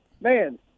man